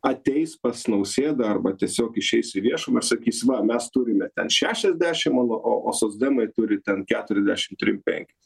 ateis pas nausėdą arba tiesiog išeis į viešumą ir sakys va mes turime šešiasdešim o o socdemai turi ten keturiasdešim trim penkis